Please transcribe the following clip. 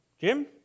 Jim